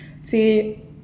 See